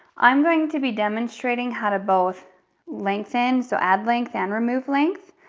i'm going to be demonstrating how to both lengthen, so add length and remove length,